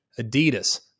Adidas